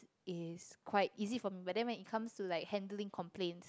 is quite easy for me but then when it comes to like handling complaints